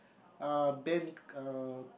uh band uh